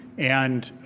and